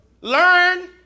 Learn